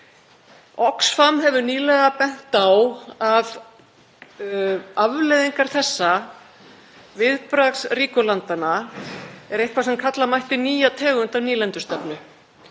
Oxfam hefur nýlega bent á að afleiðingar þessa viðbragðs ríku landanna sé eitthvað sem kalla megi nýja tegund af nýlendustefnu.